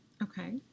Okay